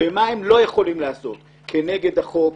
מה הם לא יכולים לעשות כנגד החוק,